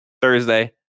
Thursday